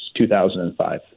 2005